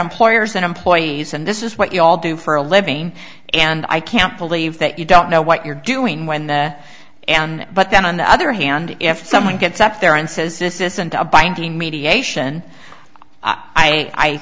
employers and employees and this is what you all do for a living and i can't believe that you don't know what you're doing when the and but then on the other hand if someone gets up there and says this isn't a banking mediation i